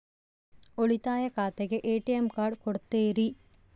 ಉಳಿತಾಯ ಖಾತೆಗೆ ATM card ಕೊಡ್ತೇರಿ?